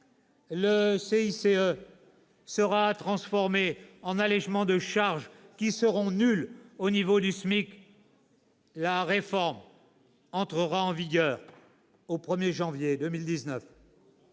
le CICE, sera transformé en allégements de charges, lesquelles seront nulles au niveau du SMIC. La réforme entrera en vigueur au 1janvier 2019.